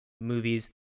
movies